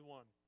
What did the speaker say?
one